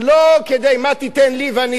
מה תיתן לי ואני אתן לך,